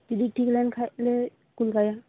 ᱡᱩᱫᱤ ᱴᱷᱤᱠ ᱞᱮᱱ ᱠᱷᱟᱱ ᱜᱮᱞᱮ ᱠᱩᱞ ᱠᱟᱭᱟ